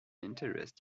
interest